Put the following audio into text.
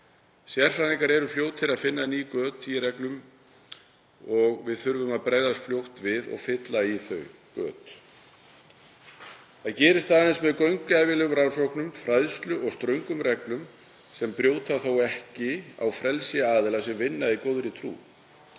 Sérfræðingar eru fljótir að finna ný göt í reglum og við þurfum að bregðast fljótt við og fylla í þau göt. Það gerist aðeins með gaumgæfilegum rannsóknum, fræðslu og ströngum reglum sem brjóta þó ekki á frelsi aðila sem vinna í góðri trú.